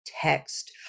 text